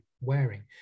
wearing